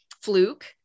fluke